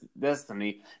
destiny